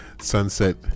sunset